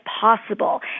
possible